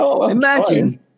imagine